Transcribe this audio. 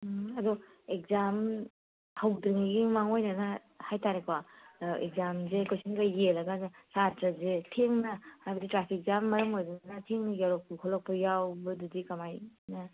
ꯎꯝ ꯑꯗꯣ ꯑꯦꯛꯖꯥꯝ ꯍꯧꯗ꯭ꯔꯤꯉꯩꯒꯤ ꯃꯥꯡꯑꯣꯏꯅꯅ ꯍꯥꯏꯇꯥꯔꯦꯀꯣ ꯑꯦꯛꯖꯥꯝꯁꯦ ꯀꯣꯏꯁꯟꯒ ꯌꯦꯜꯂꯀꯥꯟꯗ ꯁꯥꯇ꯭ꯔꯁꯦ ꯊꯦꯡꯅ ꯍꯥꯏꯕꯗꯤ ꯇ꯭ꯔꯥꯐꯤꯛ ꯖꯥꯝ ꯃꯔꯝ ꯑꯣꯏꯗꯨꯅ ꯊꯦꯡꯅ ꯌꯧꯔꯛꯄ ꯈꯣꯠꯂꯛꯄ ꯌꯥꯎꯕꯗꯨꯗꯤ ꯀꯃꯥꯏꯅ